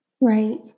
Right